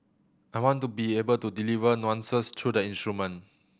I want to be able to deliver nuances through the instrument